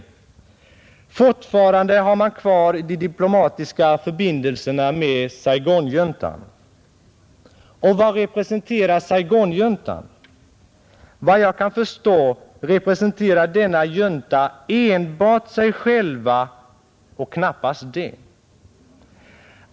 Fortfarande har man kvar de diplomatiska förbindelserna med Saigonjuntan. Vad representerar Saigonjuntan? Vad jag kan förstå representerar denna junta enbart sig själv och knappt det.